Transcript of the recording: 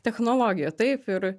technologijų taip ir